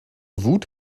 wut